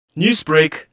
Newsbreak